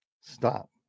Stop